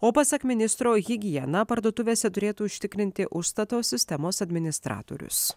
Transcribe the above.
o pasak ministro higieną parduotuvėse turėtų užtikrinti užstato sistemos administratorius